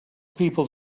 people